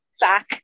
back